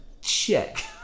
check